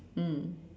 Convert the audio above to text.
mm